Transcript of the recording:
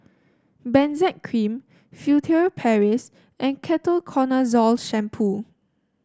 Benzac Cream Furtere Paris and Ketoconazole Shampoo